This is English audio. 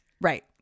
right